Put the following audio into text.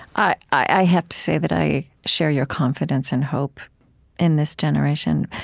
i i have to say that i share your confidence and hope in this generation.